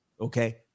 Okay